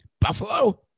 Buffalo